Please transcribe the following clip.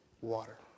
water